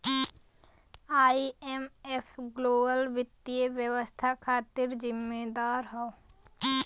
IMF global वित्तीय व्यवस्था खातिर जिम्मेदार हौ